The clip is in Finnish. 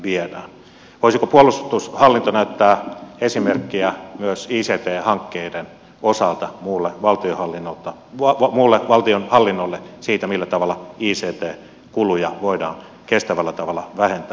voisiko puolustushallinto näyttää esimerkkiä myös ict hankkeiden osalta muulle valtionhallinnolle siitä millä tavalla ict kuluja voidaan kestävällä tavalla vähentää